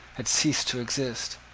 had ceased to exist.